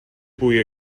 pugui